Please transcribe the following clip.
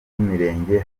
b’imirenge